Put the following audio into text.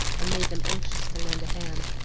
and made them anxious to lend a hand.